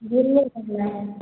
घूमने जाना है